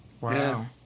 Wow